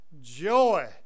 joy